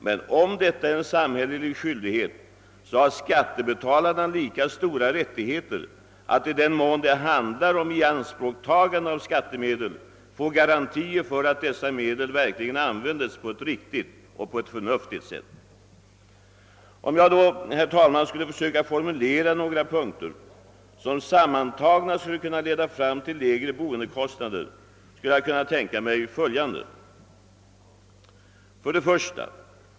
Men om detta är en samhällelig skyldighet, så har skattebetalarna lika stora rättig heter att i den mån det handlar om ianspråktagande av skattemedel få garantier för att dessa medel verkligen används på ett riktigt och förnuftigt sätt. Om jag så skulle försöka formulera några punkter, som sammantagna skulle kunna leda till lägre boendekostnader, skulle jag kunna tänka mig följande: 1.